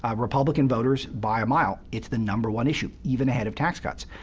ah republican voters, by a mile, it's the number one issue, even ahead of tax cuts.